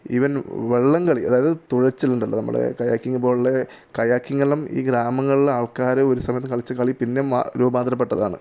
even വള്ളംകളി അതായത് തുഴച്ചിലുണ്ടല്ലോ നമ്മുടെ കയാക്കിംഗ് പോലുള്ള കയാക്കിങ്ങെല്ലാം ഈ ഗ്രാമങ്ങളിലെ ആൾക്കാര് ഒരു സമയത്ത് കളിച്ച കളി പിന്നെ രൂപാന്തരപ്പെട്ടതാണ്